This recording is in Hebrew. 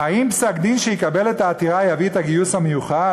האם פסק-דין שיקבל את העתירה יביא את הגיוס המיוחל?